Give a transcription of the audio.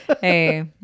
hey